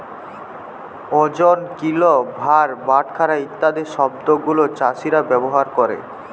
ওজন, কিলো, ভার, বাটখারা ইত্যাদি শব্দ গুলো চাষীরা ব্যবহার ক্যরে